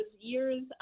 years